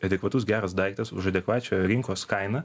adekvatus geras daiktas už adekvačią rinkos kainą